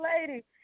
lady